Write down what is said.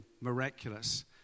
miraculous